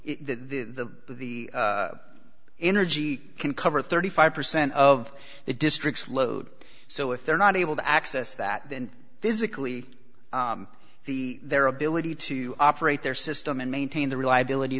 to the energy can cover thirty five percent of the district's load so if they're not able to access that then physically the their ability to operate their system and maintain the reliability